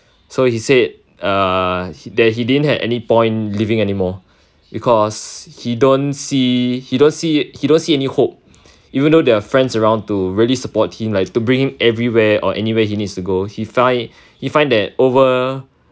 so he said uh that he didn't have any point living anymore because he don't see he don't see he don't see any hope even though there are friends around to really support him like to bring him everywhere or anywhere he needs to go he finds he finds that over